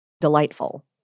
delightful